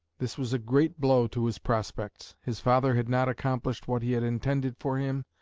this was a great blow to his prospects. his father had not accomplished what he had intended for him,